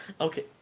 Okay